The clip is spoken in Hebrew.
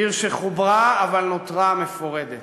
עיר שחוברה אבל נותרה מפורדת,